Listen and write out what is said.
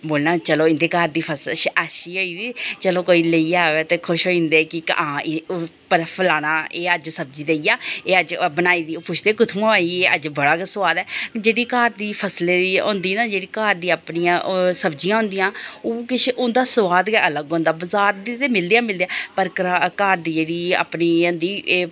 उ'नें बोलना चलो इं'दे घर दी फसल अच्छी होई दी चलो कोई लेइयै अवै ते खुश होई जंदे एह् फलाना अज्ज सब्जी देई गेआ अज्ज एह् बनाई दी ओह् पुछदे कुत्थुआं आई अज्ज बड़ा गै सोआद जेह्ड़ी घर दी फसले दी होंदी ना जेह्ड़ी घर दी अपनियां सब्जियां होंदियां ओह् किश उं'दा किश स्वाद गै अलग होंदा बजार ते मिलदियां गै मिलदियां पर ग्रांऽ दी घर दी जेह्ड़ी अपनी होंदी एह्